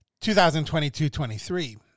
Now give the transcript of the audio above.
2022-23